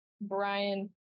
Brian